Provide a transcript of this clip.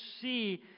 see